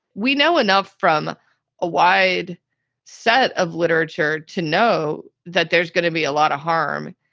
we know enough from a wide set of literature to know that there's going to be a lot of harm.